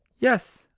yes,